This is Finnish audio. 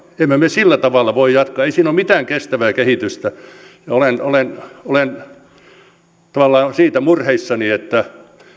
emme me sillä tavalla voi jatkaa ei siinä ole mitään kestävää kehitystä olen olen tavallaan siitä murheissani että